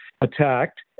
attacked